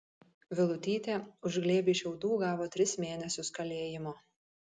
vilutytė už glėbį šiaudų gavo tris mėnesius kalėjimo